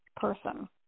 person